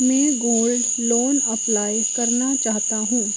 मैं gold loan apply करना चाहता हूँ